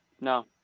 no